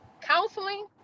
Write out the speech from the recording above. counseling